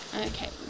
Okay